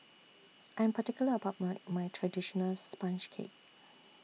I'm particular about My My Traditional Sponge Cake